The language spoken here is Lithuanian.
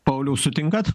pauliau sutinkat